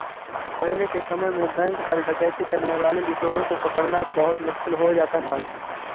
पहले के समय में बैंक पर डकैती करने वाले लुटेरों को पकड़ना बहुत मुश्किल हो जाता था